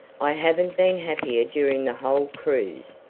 i haven't been happier during the whole cruise,